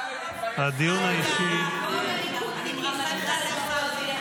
אני מרחמת עליך.